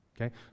Okay